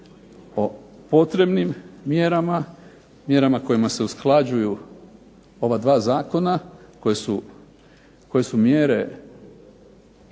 o potrebnim mjerama, mjerama kojima se usklađuju ova dva zakona koje su mjere